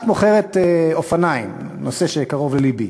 את מוכרת אופניים נושא שקרוב ללבי,